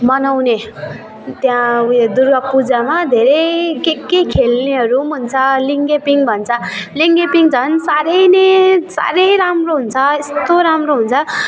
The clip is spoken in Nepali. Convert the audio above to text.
मनाउने त्याँ ऊ यो दुर्गा पूजामा धेरै के के खेल्नेहरू पनि हुन्छ लिङ्गे पिङ भन्छ लिङ्गे पिङ झन् साह्रै नै साह्रै राम्रो हुन्छ यस्तो राम्रो हुन्छ